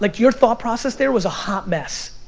like your thought process there was a hot mess.